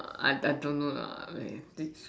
I I don't know lah I this